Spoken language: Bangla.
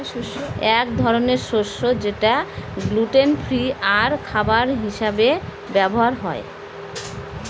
এক ধরনের শস্য যেটা গ্লুটেন ফ্রি আর খাবার হিসাবে ব্যবহার হয়